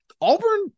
Auburn